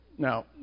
Now